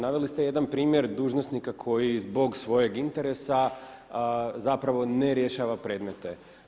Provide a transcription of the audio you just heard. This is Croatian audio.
Naveli ste jedan primjere dužnosnika koji zbog svojeg interesa zapravo ne rješava predmete.